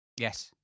Yes